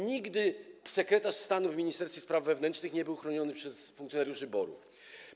Nigdy sekretarz stanu w ministerstwie spraw wewnętrznych nie był chroniony przez funkcjonariuszy BOR-u.